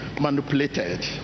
manipulated